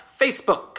Facebook